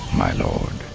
my lord.